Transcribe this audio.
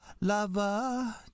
lover